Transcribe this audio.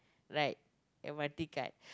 like M_R_T card